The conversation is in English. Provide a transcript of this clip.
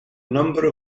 number